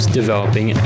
developing